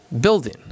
building